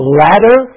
ladder